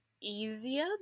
easier